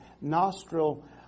nostril